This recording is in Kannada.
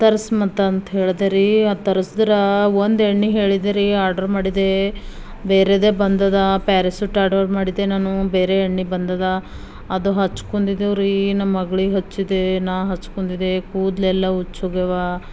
ತರ್ಸಿ ಮತ್ತೆ ಅಂತ ಹೇಳಿದೆ ರೀ ಅದು ತರಸಿದ್ರ ಒಂದು ಎಣ್ಣೆ ಹೇಳಿದೆ ರೀ ಆರ್ಡರ್ ಮಾಡಿದೆ ಬೇರೆದೆ ಬಂದಿದೆ ಪ್ಯಾರಾಶೂಟ್ ಆರ್ಡರ್ ಮಾಡಿದ್ದೆ ನಾನು ಬೇರೆ ಎಣ್ಣೆ ಬಂದಿದೆ ಅದು ಹಚ್ಕೊಂಡಿದೀವ್ರೀ ನಮ್ಮ ಮಗ್ಳಿಗೆ ಹಚ್ಚಿದಿ ನಾ ಹಚ್ಕೊಂಡಿದ್ದೆ ಕೂದಲೆಲ್ಲ ಉಜ್ಜೋಗ್ಯಾವ